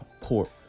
port